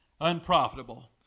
unprofitable